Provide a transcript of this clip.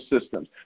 systems